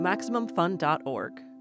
MaximumFun.org